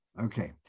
Okay